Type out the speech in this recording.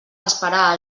esperar